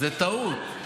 זו טעות.